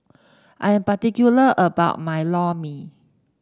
I am particular about my Lor Mee